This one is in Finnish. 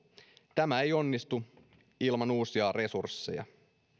tämä ei onnistu ilman uusia resursseja